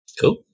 Cool